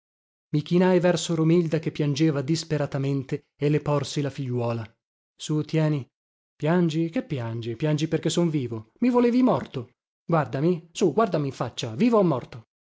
i chinai verso romilda che piangeva disperatamente e le porsi la figliuola sù tieni piangi che piangi piangi perché son vivo i volevi morto guardami sù guardami in faccia vivo o morto